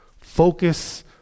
Focus